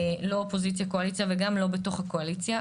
לא אופוזיציה קואליציה וגם לא בתוך הקואליציה,